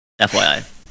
FYI